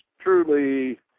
truly